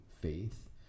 faith